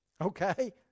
okay